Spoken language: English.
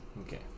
Okay